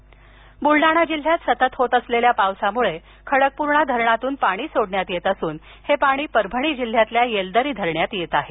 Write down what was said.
खडकपर्णा ब्लडाणा जिल्ह्य़ात सतत होत असलेल्या पावसामुळे खडकपूर्णा धरणातून पाणी सोडण्यात येत असून हे पाणी परभणी जिल्ह्य़ातील येलदरी धरणात येत आहे